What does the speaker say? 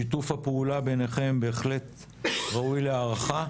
שיתוף הפעולה ביניכם בהחלט ראוי להערכה.